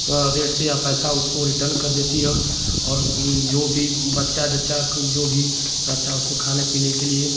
rate से या पैसा उसको रिटर्न कर देती है और उस जो भी बच्चा जच्चा को जो भी रहता है उसको खाने पीने के लिए